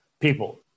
people